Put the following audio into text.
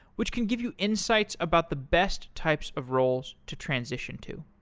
which can give you insights about the best types of roles to transition to.